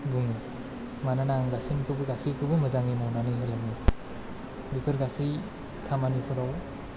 बुङो मानोना आं गासिनिखौबो गासिखौबो मोजाङै मावनानै होलाङो बेफोर गासै खामानिफोराव